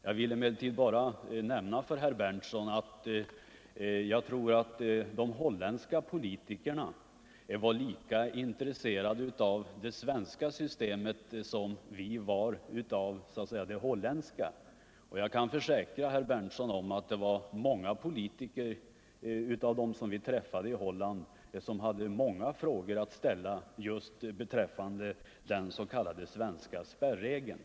Jag vill emellertid nämna för herr Berndtson att jag tror att de holländska politikerna var lika intresserade av det svenska systemet som vi var av det holländska. Jag kan försäkra herr Berndtson att det var många politiker av dem vi träffade i Holland som hade åtskilliga frågor att ställa just beträffande den svenska s.k. spärrregeln.